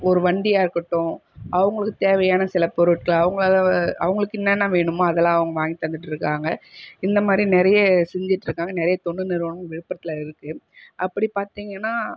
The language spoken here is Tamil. ஒரு வண்டியாக இருக்கட்டும் அவங்களுக்கு தேவையான சில பொருட்கள் அவங்களால் அவங்களுக்கு என்னென்ன வேணுமோ அதெல்லாம் அவங்க வாங்கி தந்துட்டு இருக்காங்க இந்தமாதிரி நிறைய செஞ்சிட்டு இருக்காங்க நிறைய தொண்டு நிறுவனங்கள் விழுப்புரத்தில் இருக்குது அப்படி பார்த்திங்கன்னா